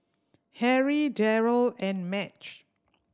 Harry Derald and Madge